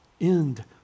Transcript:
end